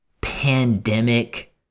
pandemic